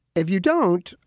if you don't,